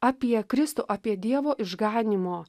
apie kristų apie dievo išganymo